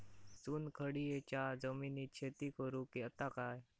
चुनखडीयेच्या जमिनीत शेती करुक येता काय?